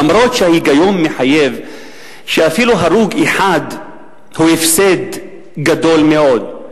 אף שההיגיון מחייב שאפילו הרוג אחד הוא הפסד גדול מאוד,